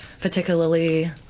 particularly